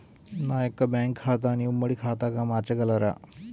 నా యొక్క బ్యాంకు ఖాతాని ఉమ్మడి ఖాతాగా మార్చగలరా?